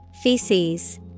Feces